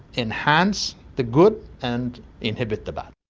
enhance the good and inhibit the bad.